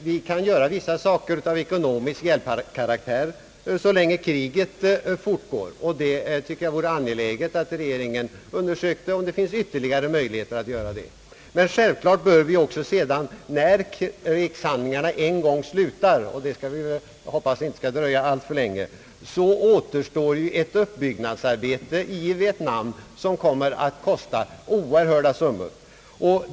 Vi kan göra vissa saker av ekonomisk hjälpkaraktär så länge kriget fortgår, och jag tycker att det vore angeläget att regeringen undersökte om det finns ytterligare möjligheter av detta slag. Men sedan när krigshandlingarna en gång slutar — och vi hoppas att det inte skall dröja alltför länge — återstår ju i Vietnam ett återuppbyggnadsarbete som kommer att kosta oerhörda summor.